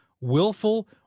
willful